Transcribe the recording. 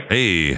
Hey